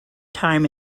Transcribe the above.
time